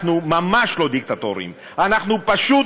אנחנו ממש לא דיקטטוריים, אנחנו פשוט